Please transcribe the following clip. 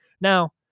Now